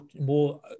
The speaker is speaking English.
more